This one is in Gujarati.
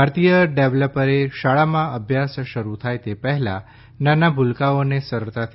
ભારતીય ડેવલપરે શાળામાં અભ્યાસ શરૂ થાય તે પહેલાં નાના ભૂલકાંઓને સરળતાથી